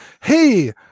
hey